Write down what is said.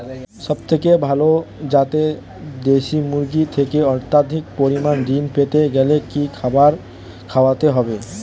সবথেকে ভালো যাতে দেশি মুরগির থেকে অত্যাধিক পরিমাণে ঋণ পেতে গেলে কি খাবার খাওয়াতে হবে?